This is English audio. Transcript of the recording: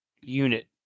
unit